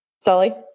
Sully